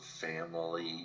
family